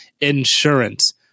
insurance